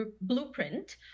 blueprint